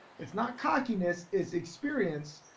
it's not cockiness, its experience,